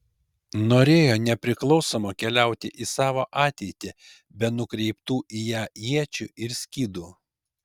norėjo nepriklausoma keliauti į savo ateitį be nukreiptų į ją iečių ir skydų